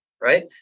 Right